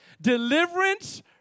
Deliverance